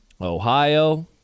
Ohio